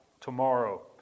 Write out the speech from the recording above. tomorrow